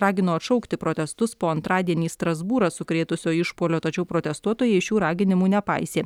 ragino atšaukti protestus po antradienį strasbūrą sukrėtusio išpuolio tačiau protestuotojai šių raginimų nepaisė